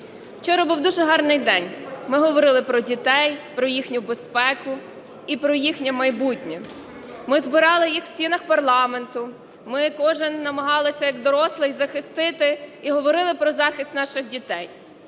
Вчора був дуже гарний день, ми говорили про дітей, про їхню безпеку і про їхнє майбутнє. Ми збирали їх в стінах парламенту, ми кожен намагалися як дорослий захистити і говорили про захист наших дітей.